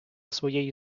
своєї